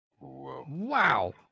Wow